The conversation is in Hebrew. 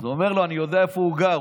אז הוא אומר לו: אני יודע איפה הוא גר,